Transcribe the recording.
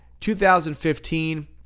2015